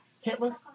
Hitler